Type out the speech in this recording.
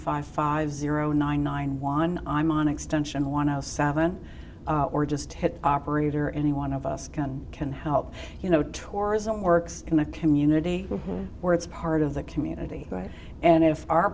five five zero nine nine one i'm on extension want to go seven or just hit operator any one of us can can help you know tourism works in a community where it's part of the community right and if our